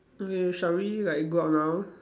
okay shall we like go up now